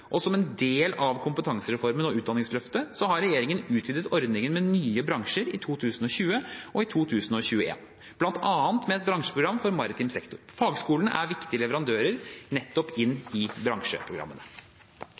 og som en del av kompetansereformen og Utdanningsløftet, har regjeringen utvidet ordningen med nye bransjer i 2020 og 2021, bl.a. med et bransjeprogram for maritim sektor. Fagskolene er viktige leverandører nettopp